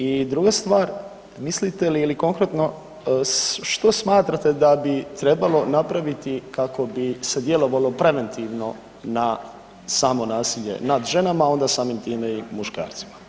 I druga stvar, mislite li ili konkretno, što smatrate da bi trebalo napraviti kako bi se djelovalo preventivno na samo nasilje nad ženama, a onda samim time i muškarcima?